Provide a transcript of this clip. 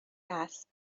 است